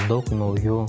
daug naujų